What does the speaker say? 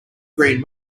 green